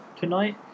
tonight